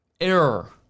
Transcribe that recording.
error